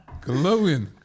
glowing